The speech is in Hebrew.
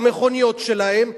במכוניות שלהם,